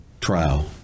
trial